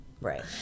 Right